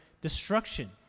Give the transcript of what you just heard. destruction